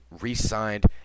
re-signed